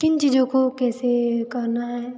किन चीज़ों को कैसे करना है